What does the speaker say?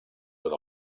tot